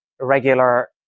regular